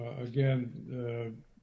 again